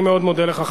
אני מאוד מודה לך.